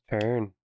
turn